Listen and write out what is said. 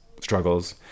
struggles